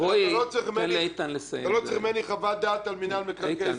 אתה לא צריך ממני חוות דעת על מינהל מקרעי ישראל.